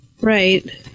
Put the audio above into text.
right